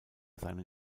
seinen